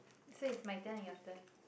so its my turn or your turn